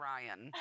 Ryan